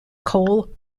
coal